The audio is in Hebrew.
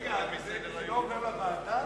רגע, זה לא עובר לוועדה?